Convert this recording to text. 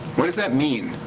what does that mean?